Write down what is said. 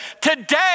Today